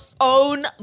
own